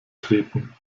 treten